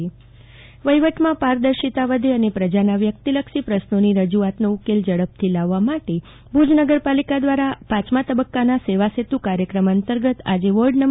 જાગૃતિ વકીલ સેવાસેતુ વહીવટમાં પારદર્શિતા વચ્ચે અને પ્રજાના વ્યક્તિલક્ષી પ્રશ્નોની રજૂઆતોના ઉકેલ ઝડપથી લાવવા માટે ભુજ નગરપાલિકા દ્વારા પાંચમા તબક્કાના સેવા સેતુ કાર્યક્રમ અંતર્ગત આજે વોર્ડ નં